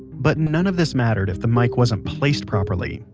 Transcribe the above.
but none of this mattered if the mic wasn't placed properly.